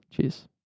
Cheers